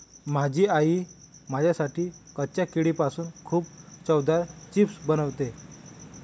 माझी आई माझ्यासाठी कच्च्या केळीपासून खूप चवदार चिप्स बनवते